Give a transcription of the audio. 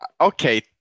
Okay